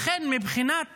לכן, מבחינת